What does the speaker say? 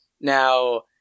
Now